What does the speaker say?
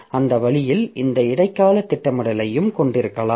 அந்த வழியில் இந்த இடைக்கால திட்டமிடலையும் கொண்டிருக்கலாம்